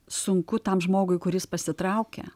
sunku tam žmogui kuris pasitraukia